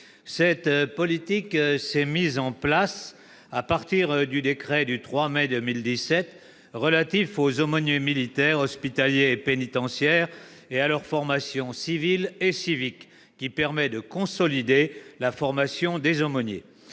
Cette politique s'est mise en place à partir du décret du 3 mai 2017 relatif aux aumôniers militaires, hospitaliers et pénitentiaires et à leur formation civile et civique, qui permet de consolider leur formation. Ce texte